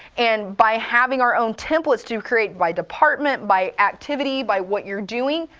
and by having our own templates to create by department, by activity, by what you're doing,